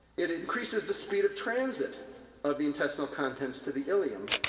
it increases the speed of transit of the intestinal contents to the ilium,